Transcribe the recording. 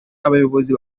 abayobozi